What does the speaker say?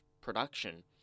production